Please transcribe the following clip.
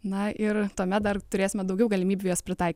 na ir tuomet dar turėsime daugiau galimybių jas pritaikyt